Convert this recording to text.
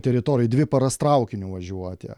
teritorijoj dvi paras traukiniu važiuoti